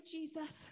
Jesus